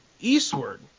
eastward